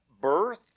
birth